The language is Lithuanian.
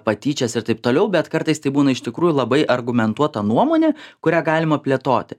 patyčias ir taip toliau bet kartais tai būna iš tikrųjų labai argumentuota nuomonė kurią galima plėtoti